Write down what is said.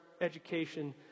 education